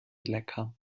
lecker